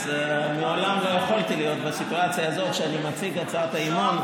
אז מעולם לא יכולתי להיות בסיטואציה הזו שאני מציג הצעת אי-אמון,